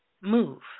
move